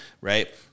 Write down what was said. Right